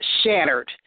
shattered